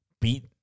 beat